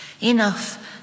Enough